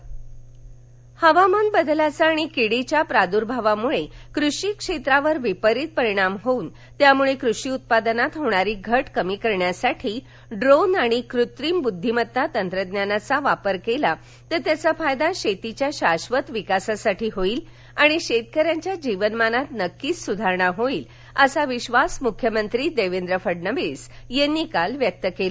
मुख्यमंत्री हवामान बदलाचा आणि किडीच्या प्रादूर्भावामुळे कृषी क्षेत्रावर विपरीत परिणाम होऊन त्यामुळे कृषी उत्पादनात होणारी घट कमी करण्यासाठी ड्रोन आणि कृत्रीम बुद्धीमत्ता तंत्रज्ञानाचा वापर केला तर त्याचा फायदा शेतीच्या शाश्वत विकासासाठी होईल आणि शेतकऱ्यांच्या जीवनमानात नक्कीच सुधारणा होईल असा विश्वास मुख्यमंत्री देवेंद्र फडणवीस यांनी काल व्यक्त केला